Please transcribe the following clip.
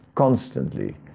constantly